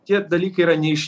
tie dalykai yra ne iš